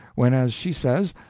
when, as she says,